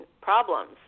problems